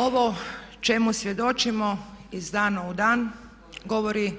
Ovo čemu svjedočimo iz dana u dan govori